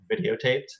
videotaped